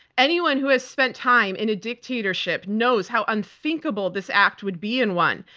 anyone who has spent time in a dictatorship knows how unthinkable this act would be in one,